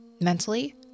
mentally